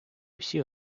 всі